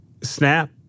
Snap